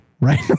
right